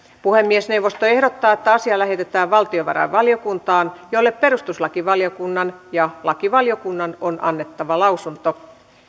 puhemiesneuvosto ehdottaa että asia lähetetään valtiovarainvaliokuntaan jolle perustuslakivaliokunnan ja lakivaliokunnan on annettava lausunto